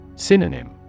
Synonym